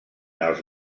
els